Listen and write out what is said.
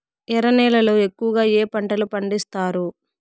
ఎర్ర నేలల్లో ఎక్కువగా ఏ పంటలు పండిస్తారు